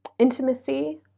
intimacy